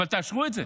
אבל תאשרו את זה.